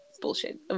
bullshit